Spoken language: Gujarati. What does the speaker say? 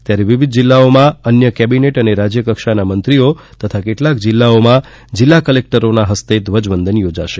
ત્યારે વિવિધ જિલ્લાઓમાં અન્ય કેબિનેટ અને રાજ્યકક્ષાના મંત્રીઓ તથા કેટલાક જિલ્લાઓમાં જિલ્લા કલેકટરોના હસ્તે ધ્વજવંદન યોજાશે